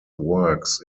works